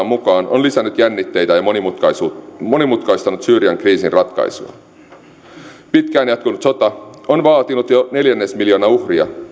mukaan on lisännyt jännitteitä ja ja monimutkaistanut syyrian kriisin ratkaisua pitkään jatkunut sota on vaatinut jo neljännesmiljoona uhria